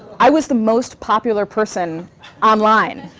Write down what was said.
i was the most popular person online.